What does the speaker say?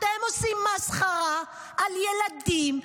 אתם עושים מסחרה על ילדים,